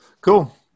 Cool